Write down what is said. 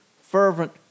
Fervent